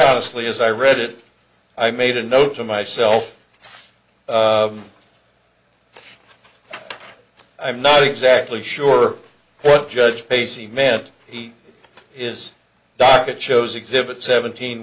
honestly as i read it i made a note to myself i'm not exactly sure what judge pace he meant he is docket shows exhibit seventeen